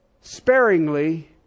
sparingly